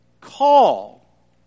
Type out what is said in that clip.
call